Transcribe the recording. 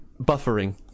buffering